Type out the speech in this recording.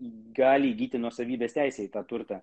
gali įgyti nuosavybės teisę į tą turtą